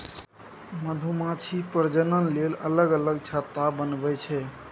मधुमाछी प्रजनन लेल अलग अलग छत्ता बनबै छै